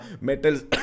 metals